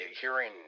hearing